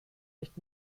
nicht